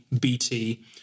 BT